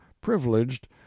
privileged